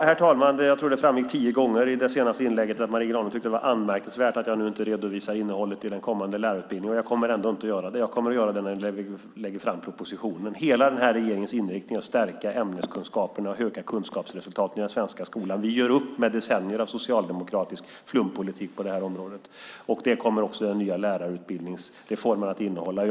Herr talman! Jag tror att det framgick tio gånger i det senaste inlägget att Marie Granlund tycker att det är anmärkningsvärt att jag nu inte redovisar innehållet i den kommande lärarutbildningen. Jag kommer ändå inte att göra det. Jag kommer att göra det när vi lägger fram propositionen. Hela den här regeringens inriktning är att stärka ämneskunskaperna och öka kunskapsresultaten i den svenska skolan. Vi gör upp med decennier av socialdemokratisk flumpolitik på det här området. Det kommer också den nya lärarutbildningsreformen att vara inriktad på.